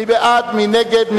מי נגד?